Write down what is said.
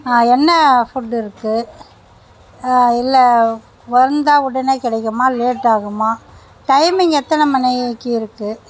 ஆ என்ன ஃபுட்டு இருக்கு இல்லை வந்தால் உடனே கிடைக்குமா லேட் ஆகுமா டைமிங் எத்தனை மணிக்கு இருக்கு